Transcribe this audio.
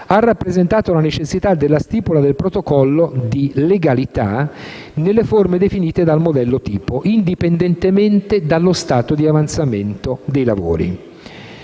ha rappresentato la necessità della stipula del protocollo di legalità nelle forme definite dal modello tipo, indipendentemente dallo stato di avanzamento dei lavori.